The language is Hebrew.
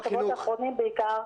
בשבועות האחרונים בעיקר,